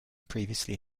previously